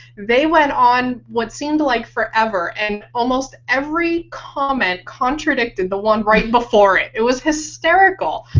they went on what seemed like forever and almost every comment contradicted the one right before it. it was hysterical.